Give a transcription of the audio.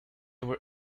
were